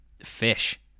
fish